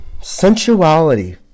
Sensuality